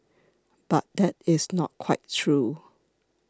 but that is not quite true